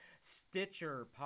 Stitcher